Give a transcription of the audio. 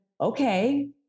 okay